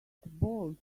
bold